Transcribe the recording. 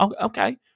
Okay